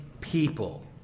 people